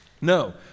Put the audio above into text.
No